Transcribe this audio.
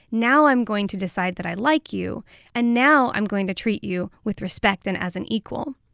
now i'm going to decide that i like you and now i'm going to treat you with respect and as an equal.